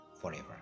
forever